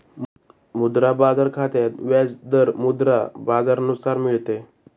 मुद्रा बाजार खात्यात व्याज दर मुद्रा बाजारानुसार मिळते